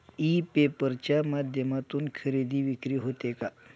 E paper च्या माध्यमातून खरेदी विक्री होते का?